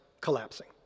collapsing